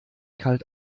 kalt